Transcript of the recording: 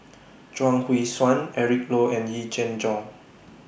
Chuang Hui Tsuan Eric Low and Yee Jenn Jong